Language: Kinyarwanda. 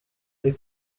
ari